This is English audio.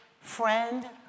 friend